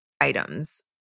items